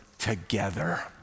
together